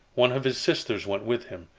one of his sisters went with him.